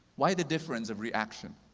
why the difference of reaction?